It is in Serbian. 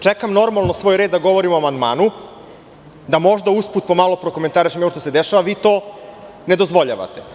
Čekam normalno svoj red da govorim o amandmanu, da možda usput malo prokomentarišem ono što se dešava, a vi to ne dozvoljavate.